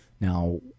now